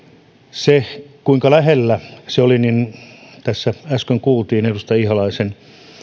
kuinka lähellä se olikaan kuten tässä äsken kuultiin edustaja ihalaisen